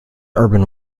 urban